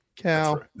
Cow